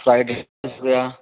fried rice हो गया